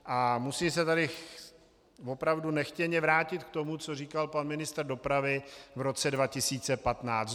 A musím se tady opravdu nechtěně vrátit k tomu, co říkal pan ministr dopravy v roce 2015.